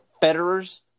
Federer's